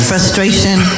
Frustration